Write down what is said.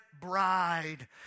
bride